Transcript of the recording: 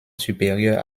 supérieur